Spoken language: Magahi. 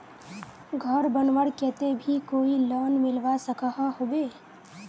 घोर बनवार केते भी कोई लोन मिलवा सकोहो होबे?